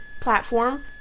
platform